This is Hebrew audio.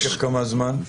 במשך כמה זמן?